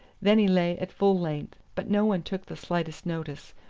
then he lay at full length but no one took the slightest notice,